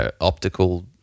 optical